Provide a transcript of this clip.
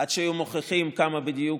עד שהם היו מוכיחים כמה בדיוק,